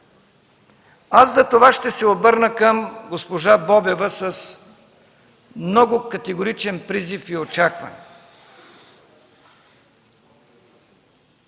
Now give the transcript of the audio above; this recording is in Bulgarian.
Аз затова ще се обърна към госпожа Бобева с много категоричен призив и очакване